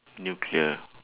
nuclear